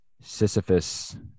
sisyphus